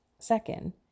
Second